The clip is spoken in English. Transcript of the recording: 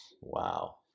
Wow